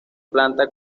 planta